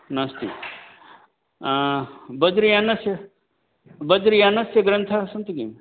नास्ति बद्रियानस्य बद्रियानस्य ग्रन्थाः सन्ति किम्